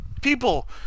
people